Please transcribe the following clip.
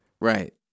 Right